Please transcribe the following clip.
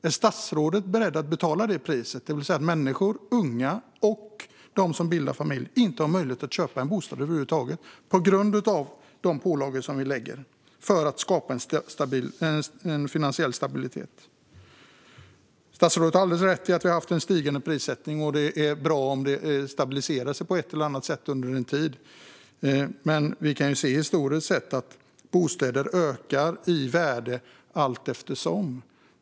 Är statsrådet beredd att betala det priset, det vill säga att människor - unga och de som bildar familj - inte har möjlighet över huvud taget att köpa en bostad på grund av de pålagor som införs för att skapa finansiell stabilitet? Statsrådet har alldeles rätt i att vi har haft en stigande prissättning. Det är bra om priserna stabiliseras på ett eller annat sätt under en tid. Men vi kan historiskt se att bostäder ökar i värde allteftersom.